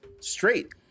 straight